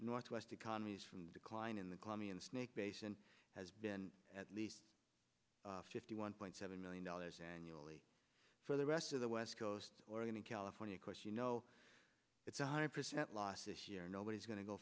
northwest economies from decline in the colombian snake basin has been at least fifty one point seven million dollars annually for the rest of the west coast oregon and california of course you know it's a hundred percent losses year nobody's going to go